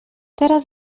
teraz